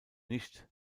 nicht